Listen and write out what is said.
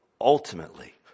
ultimately